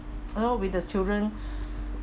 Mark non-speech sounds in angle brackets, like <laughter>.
I don't know with the children <breath>